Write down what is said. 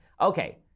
Okay